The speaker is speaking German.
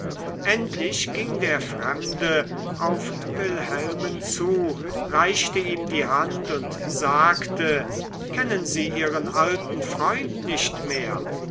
endlich ging der fremde auf wilhelmen zu reichte ihm die hand und sagte kennen sie ihren alten freund nicht mehr